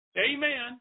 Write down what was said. Amen